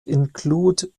include